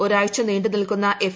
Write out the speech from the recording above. ഒരാഴ്ച നീണ്ടുനിൽക്കുന്ന എഫ്